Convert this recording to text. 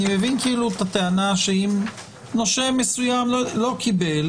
אני מבין אתה הטענה שאם נושה מסוים לא קיבל,